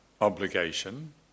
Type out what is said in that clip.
obligation